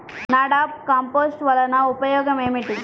NADEP compost వలన ఉపయోగం ఏమిటి?